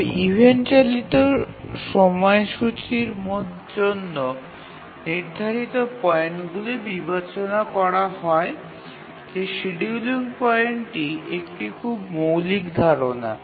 তবে ইভেন্ট চালিত সময়সূচীগুলির জন্য নির্ধারিত পয়েন্টগুলিকে বিবেচনা করা হয় যে শিডিয়ুলিং পয়েন্টটি একটি খুব মৌলিক ধারণা